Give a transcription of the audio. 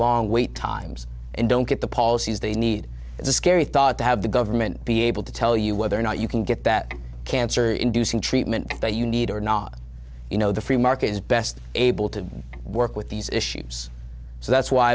long wait times and don't get the policies they need it's a scary thought to have the government be able to tell you whether or not you can get that cancer inducing treatment that you need or not you know the free market is best able to work with these issues so that's why